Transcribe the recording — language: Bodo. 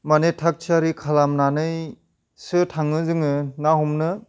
मानि थाख थियारि खालामनानैसो थाङो जोङो ना हमनो